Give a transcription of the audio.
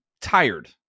tired